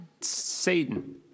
Satan